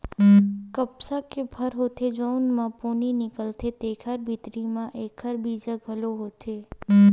कपसा के फर होथे जउन म पोनी निकलथे तेखरे भीतरी म एखर बीजा घलो होथे